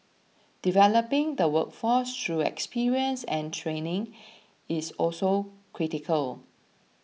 developing the workforce through experience and training is also critical